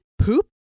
poop